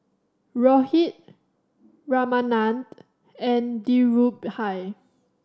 Rohit Ramanand and Dhirubhai